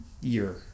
year